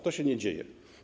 To się nie dzieje.